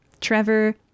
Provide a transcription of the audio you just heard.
Trevor